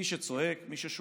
מי שצועק, מי ששובת,